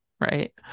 right